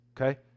okay